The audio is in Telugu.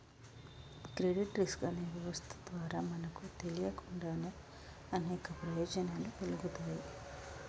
క్రెడిట్ రిస్క్ అనే వ్యవస్థ ద్వారా మనకు తెలియకుండానే అనేక ప్రయోజనాలు కల్గుతాయి